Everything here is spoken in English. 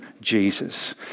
Jesus